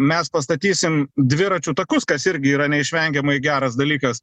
mes pastatysim dviračių takus kas irgi yra neišvengiamai geras dalykas